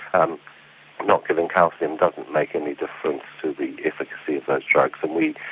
um not giving calcium doesn't make any difference to the efficacy of those drugs. and we